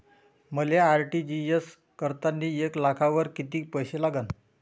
मले आर.टी.जी.एस करतांनी एक लाखावर कितीक पैसे लागन?